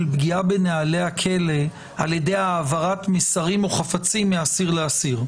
פגיעה בנוהלי הכלא על ידי העברת מסרים או חפצים מאסיר לאסיר.